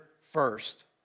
first